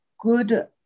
good